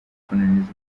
kunaniza